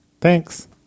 Thanks